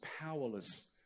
powerless